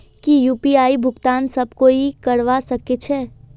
की यु.पी.आई भुगतान सब कोई ई करवा सकछै?